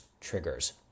triggers